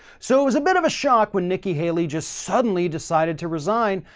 so, it was a bit of a shock when nikki haley just suddenly decided to resign,